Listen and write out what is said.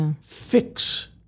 Fix